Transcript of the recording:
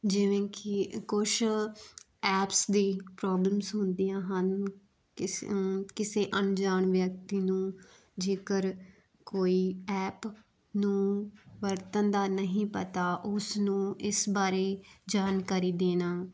ਜਿਵੇਂ ਕਿ ਕੁਛ ਐਪਸ ਦੀ ਪ੍ਰੋਬਲਮਸ ਹੁੰਦੀਆਂ ਹਨ ਕਿਸ ਕਿਸੇ ਅਣਜਾਣ ਵਿਅਕਤੀ ਨੂੰ ਜੇਕਰ ਕੋਈ ਐਪ ਨੂੰ ਵਰਤਣ ਦਾ ਨਹੀਂ ਪਤਾ ਉਸ ਨੂੰ ਇਸ ਬਾਰੇ ਜਾਣਕਾਰੀ ਦੇਣਾ